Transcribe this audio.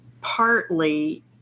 partly